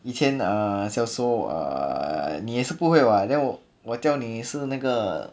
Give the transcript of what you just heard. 以前 uh 小时候 uh 你也是不会 [what] then 我我教你是那个